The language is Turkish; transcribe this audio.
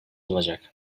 olacak